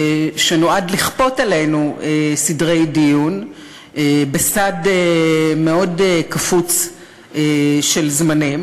שנועד לכפות עלינו סדרי דיון בסד מאוד קפוץ של זמנים.